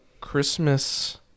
Christmas